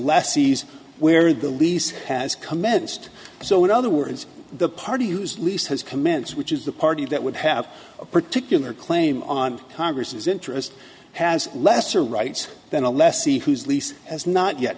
lessees where the lease has commenced so in other words the party whose lease has commenced which is the party that would have a particular claim on congress's interest has lesser rights than a lessee whose lease has not yet